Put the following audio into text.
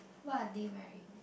what are they wearing